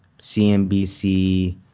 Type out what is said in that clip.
CNBC